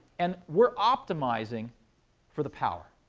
and we're optimizing for the power,